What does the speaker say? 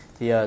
thì